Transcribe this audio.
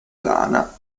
lana